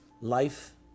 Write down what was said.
life